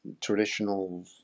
traditional